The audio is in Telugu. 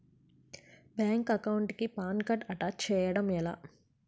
బ్యాంక్ అకౌంట్ కి పాన్ కార్డ్ అటాచ్ చేయడం ఎలా?